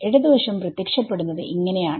ഇടതുവശം പ്രത്യക്ഷപ്പെടുന്നത് ഇങ്ങനെയാണ്